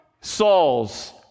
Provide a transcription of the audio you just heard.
Saul's